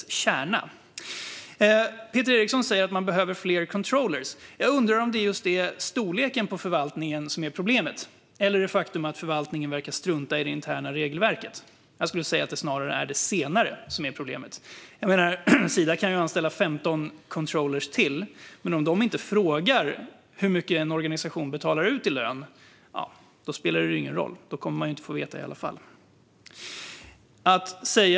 Statsrådet Peter Eriksson säger att man behöver fler controllrar. Jag undrar om det just är storleken på förvaltningen som är problemet eller det faktum att förvaltningen verkar strunta i det interna regelverket. Jag skulle säga att det snarare är det senare som är problemet. Sida kan anställa 15 controllrar till, men om de inte frågar hur mycket en viss organisation betalar ut i lön spelar det ingen roll. Då kommer man i alla fall inte att få veta det.